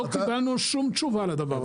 לא קיבלנו שום תשובה לדבר הזה,